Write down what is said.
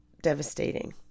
devastating